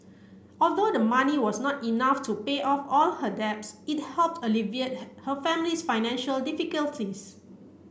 although the money was not enough to pay off all her debts it helped alleviate her family's financial difficulties